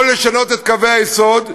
או לשנות את קווי היסוד,